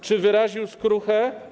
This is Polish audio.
Czy wyraził skruchę?